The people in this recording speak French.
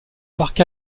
parc